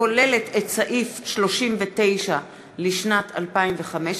הכוללת את סעיף 39 לשנת 2015,